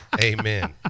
Amen